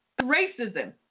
Racism